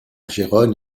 gérone